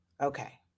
Okay